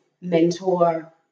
mentor